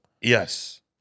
Yes